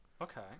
okay